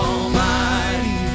Almighty